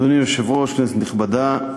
אדוני היושב-ראש, כנסת נכבדה,